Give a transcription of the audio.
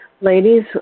Ladies